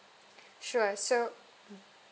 sure so mm